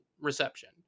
reception